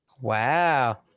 Wow